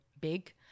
big